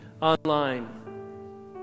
online